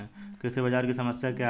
कृषि बाजार की समस्या क्या है?